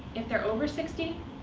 if they're over sixty,